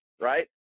right